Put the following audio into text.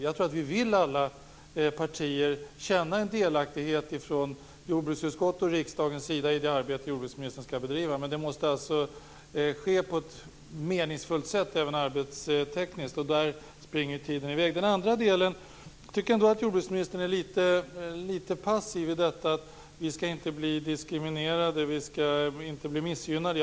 Jag tror att alla partier i jordbruksutskottet och riksdagen vill känna en delaktighet i det arbete utrikesministern skall bedriva, men det måste alltså ske på ett meningsfullt sätt även arbetstekniskt. Tiden springer i väg. När det gäller den andra delen kan jag säga att jag ändå tycker att jordbruksministern är litet passiv. Hon säger att vi inte skall bli diskriminerade eller missgynnade.